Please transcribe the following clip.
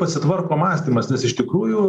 pasitvarko mąstymas nes iš tikrųjų